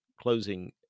closing